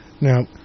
Now